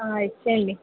ఇచ్చేయండి